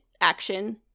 action